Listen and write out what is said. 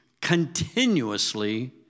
continuously